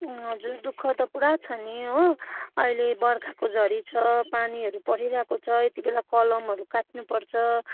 हजुर दुःख त पुरा छ नि हो अहिले बर्खाको झरी छ पानीहरू परिरहेको छ यति बेला कलमहरू काट्नुपर्छ